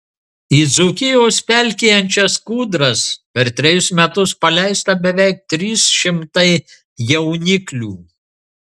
į dzūkijos pelkėjančias kūdras per trejus metus paleista beveik trys šimtai jauniklių